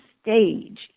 stage